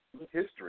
History